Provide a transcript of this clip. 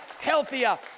healthier